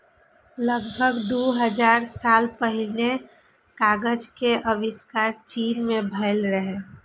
लगभग दू हजार साल पहिने कागज के आविष्कार चीन मे भेल रहै